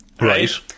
Right